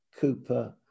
Cooper